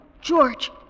George